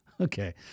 Okay